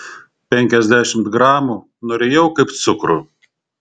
penkiasdešimt gramų nurijau kaip cukrų